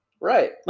Right